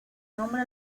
nombre